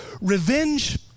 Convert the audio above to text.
revenge